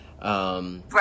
Right